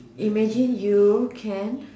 imagine you can